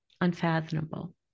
unfathomable